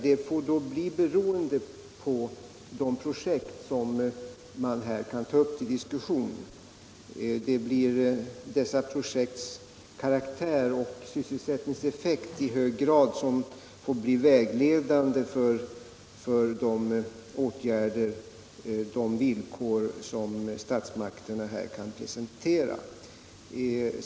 De olika projektens karaktär och sysselsättningseffekt får i hög grad bli vägledande för de åtgärder och villkor som statsmakterna kan presentera.